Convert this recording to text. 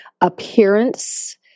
appearance